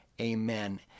Amen